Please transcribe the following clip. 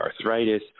arthritis